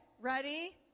ready